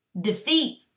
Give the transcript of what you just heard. defeat